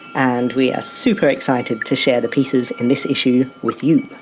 and we are super excited to share the pieces in this issue with you!